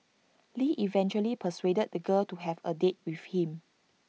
lee eventually persuaded the girl to have A date with him